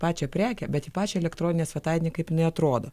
pačią prekę bet į pačią elektroninę svetainę kaip jinai atrodo